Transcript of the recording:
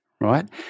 right